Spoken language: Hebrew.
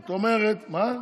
מה?